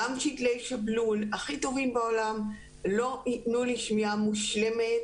גם שתלי שבלול הכי טובים בעולם לא יתנו לי שמיעה מושלמת.